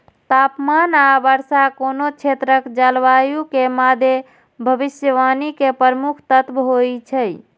तापमान आ वर्षा कोनो क्षेत्रक जलवायु के मादे भविष्यवाणी के प्रमुख तत्व होइ छै